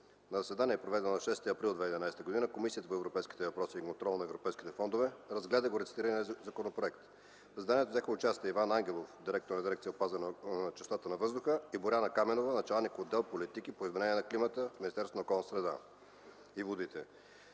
заседанието, проведено на 6 април 2011 г., Комисията по европейските въпроси и контрол на европейските фондове разгледа горецитирания законопроект. В заседанието взеха участие: Иван Ангелов – директор на дирекция „Опазване чистотата на въздуха”, и Боряна Каменова – началник отдел „Политики по изменение на климата” в Министерството